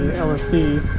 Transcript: lsd